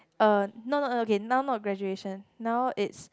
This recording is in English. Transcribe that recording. uh not not not okay now not graduation now it's